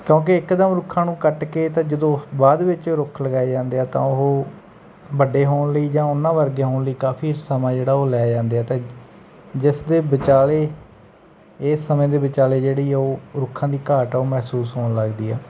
ਕਿਉਂਕਿ ਇੱਕਦਮ ਰੁੱਖਾਂ ਨੂੰ ਕੱਟ ਕੇ ਤਾਂ ਜਦੋਂ ਬਾਅਦ ਵਿੱਚ ਰੁੱਖ ਲਗਾਏ ਜਾਂਦੇ ਆ ਤਾਂ ਉਹ ਵੱਡੇ ਹੋਣ ਲਈ ਜਾਂ ਉਹਨਾਂ ਵਰਗੇ ਹੋਣ ਲਈ ਕਾਫੀ ਸਮਾਂ ਜਿਹੜਾ ਉਹ ਲੈ ਜਾਂਦੇ ਆ ਅਤੇ ਜਿਸ ਦੇ ਵਿਚਾਲੇ ਇਹ ਸਮੇਂ ਦੇ ਵਿਚਾਲੇ ਜਿਹੜੀ ਉਹ ਰੁੱਖਾਂ ਦੀ ਘਾਟ ਆ ਉਹ ਮਹਿਸੂਸ ਹੋਣ ਲੱਗਦੀ ਆ